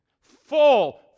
full